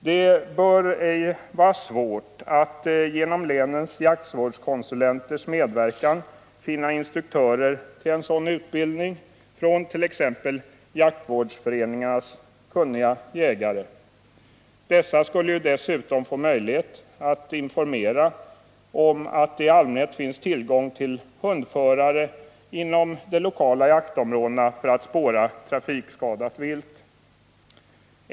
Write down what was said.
Det bör ej vara svårt att genom länens jaktvårdskonsulenters medverkan finna instruktörer till en sådan utbildning bland t.ex. jaktvårdsföreningarnas kunniga jägare. Dessa skulle dessutom få möjlighet att informera om att det i allmänhet finns tillgång till hundförare inom de lokala jaktområdena för att spåra trafikskadat vilt.